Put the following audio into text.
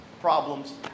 Problems